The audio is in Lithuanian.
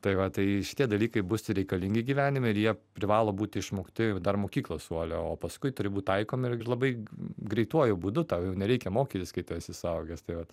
tai va tai šitie dalykai bus reikalingi gyvenime ir jie privalo būti išmokti dar mokyklos suole o paskui turi būt taikomi ir labai greituoju būdu tau jau nereikia mokytis kai tu esi suaugęs tai vat